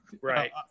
Right